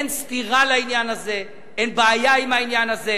אין סתירה לעניין הזה, אין בעיה עם העניין הזה,